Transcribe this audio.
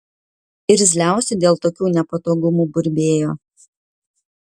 irzliausi dėl tokių nepatogumų burbėjo